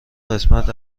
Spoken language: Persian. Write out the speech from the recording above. قسمت